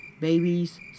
Babies